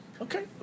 okay